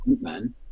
man